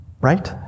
Right